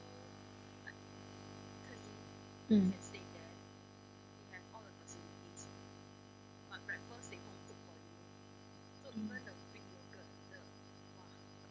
mm mm